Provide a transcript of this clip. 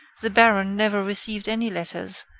the baron never received any letters,